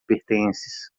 pertences